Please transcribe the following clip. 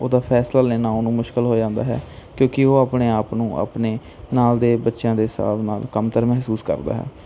ਉਹਦਾ ਫੈਸਲਾ ਲੈਣਾ ਉਹਨੂੰ ਮੁਸ਼ਕਲ ਹੋ ਜਾਂਦਾ ਹੈ ਕਿਉਂਕੀ ਉਹ ਆਪਣੇ ਆਪ ਨੂੰ ਆਪਣੇ ਨਾਲ ਦੇ ਬੱਚਿਆਂ ਦੇ ਹਿਸਾਬ ਨਾਲ ਕਮਤਰ ਮਹਿਸੂਸ ਕਰਦਾ ਹੈ